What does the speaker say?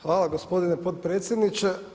Hvala gospodine potpredsjedniče.